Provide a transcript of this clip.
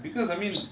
because I mean